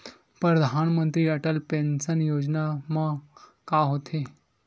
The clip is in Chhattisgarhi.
परधानमंतरी अटल पेंशन योजना मा का होथे?